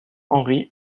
henri